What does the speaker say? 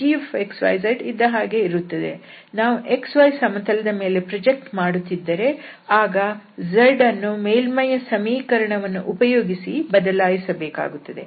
gx y zಇದ್ದಹಾಗೆ ಇರುತ್ತದೆ ನಾವು xy ಸಮತಲದ ಮೇಲೆ ಪ್ರೊಜೆಕ್ಟ್ ಮಾಡುತ್ತಿದ್ದರೆ ಆಗ z ಅನ್ನು ಮೇಲ್ಮೈಯ ಸಮೀಕರಣವನ್ನು ಉಪಯೋಗಿಸಿ ಬದಲಾಯಿಸಬೇಕಾಗುತ್ತದೆ